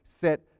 set